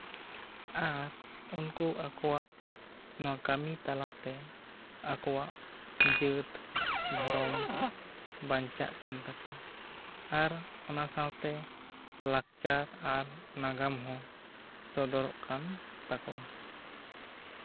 ᱟᱨ ᱩᱱᱠᱩ ᱟᱠᱚᱣᱟᱜ ᱱᱚᱶᱟ ᱠᱟᱹᱢᱤ ᱛᱟᱞᱟᱛᱮ ᱟᱠᱚᱣᱟᱜ ᱡᱟᱹᱛ ᱫᱷᱚᱨᱚᱢ ᱵᱟᱧᱪᱟᱜ ᱠᱟᱱ ᱛᱟᱠᱚᱣᱟ ᱟᱨ ᱚᱱᱟ ᱥᱟᱶᱛᱮ ᱞᱟᱠᱪᱟᱨ ᱟᱨ ᱱᱟᱜᱟᱢ ᱦᱚᱸ ᱥᱚᱫᱚᱨᱚᱜ ᱠᱟᱱ ᱛᱟᱠᱚᱣᱟ